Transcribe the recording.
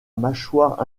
mâchoire